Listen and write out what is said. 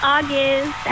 August